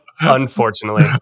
unfortunately